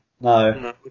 No